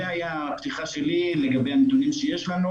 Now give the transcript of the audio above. זו הייתה הפתיחה שלי לגבי הנתונים שיש לנו